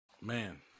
man